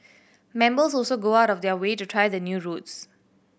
members also go out of their way to try the new routes